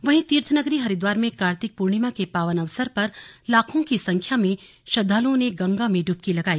वहीं तीर्थनगरी हरिद्वार में कार्तिक पूर्णिमा के पावन अवसर पर लाखों की संख्या में श्रद्दालुओं ने गंगा में डुबकी लगाई